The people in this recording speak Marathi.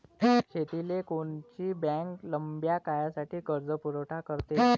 शेतीले कोनची बँक लंब्या काळासाठी कर्जपुरवठा करते?